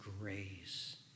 grace